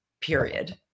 period